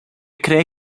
cree